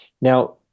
Now